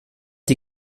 die